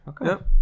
okay